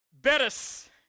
Bettis